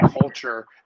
culture